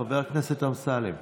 חבר הכנסת אמסלם,